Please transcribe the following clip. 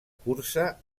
cursa